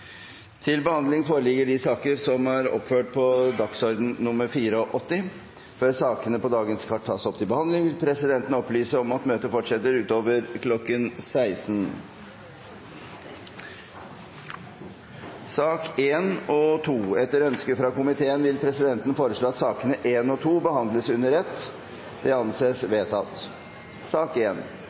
til behandling, vil presidenten opplyse om at møtet fortsetter utover kl. 16. Etter ønske fra næringskomiteen vil presidenten foreslå at sakene nr. 1 og 2 behandles under ett. – Dette anses vedtatt.